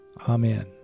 Amen